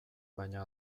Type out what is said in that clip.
baina